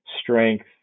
strength